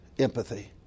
Empathy